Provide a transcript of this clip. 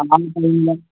ആ